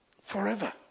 forever